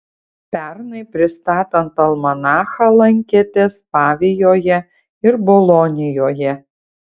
pernai pristatant almanachą lankėtės pavijoje ir bolonijoje